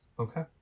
Okay